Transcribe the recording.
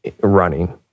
running